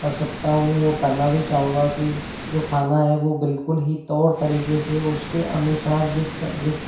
कर सकता हूँ और करना भी चाहूँगा कि जो खाना है वो बिल्कुल ही तौर तरीके से उसके अनुसार जिस जिस